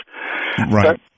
Right